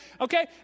Okay